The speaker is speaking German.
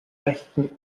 rechten